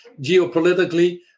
geopolitically